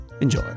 enjoy